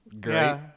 Great